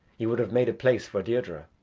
ye would have made a place for deirdre.